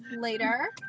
later